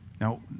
Now